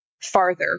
farther